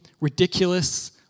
ridiculous